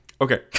Okay